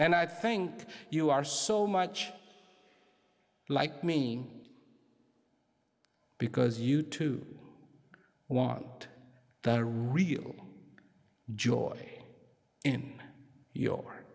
and i think you are so much like me because you to want that a real joy in your